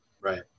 Right